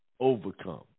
overcome